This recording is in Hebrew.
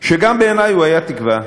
שגם בעיני הוא היה תקווה,